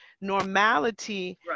normality